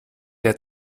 der